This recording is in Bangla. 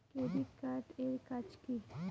ক্রেডিট কার্ড এর কাজ কি?